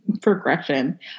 progression